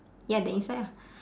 ya the inside ah